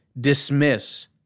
dismiss